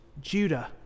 Judah